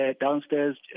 downstairs